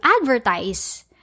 advertise